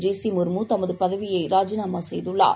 G சிமுர்முதமதுபதவியைராஜினாமாசெய்துள்ளார்